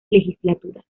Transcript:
legislatura